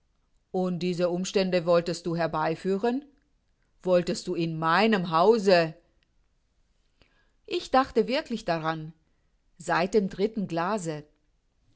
und diese umstände wolltest du herbeiführen wolltest in meinem hause ich dachte wirklich daran seit dem dritten glase